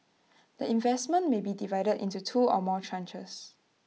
the investment may be divided into two or more tranches